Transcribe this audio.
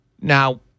Now